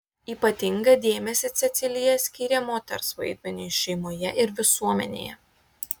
ypatingą dėmesį cecilija skyrė moters vaidmeniui šeimoje ir visuomenėje